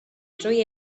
drwy